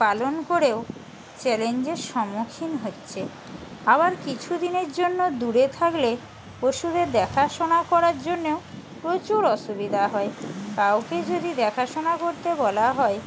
পালন করেও চ্যালেঞ্জের সম্মুখীন হচ্ছে আবার কিছু দিনের জন্য দূরে থাকলে পশুদের দেখাশোনা করার জন্যেও প্রচুর অসুবিধা হয় কাউকে যদি দেখাশোনা করতে বলা হয়